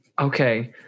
Okay